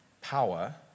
power